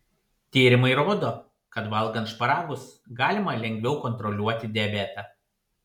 tyrimai rodo kad valgant šparagus galima lengviau kontroliuoti diabetą